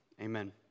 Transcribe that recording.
amen